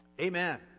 Amen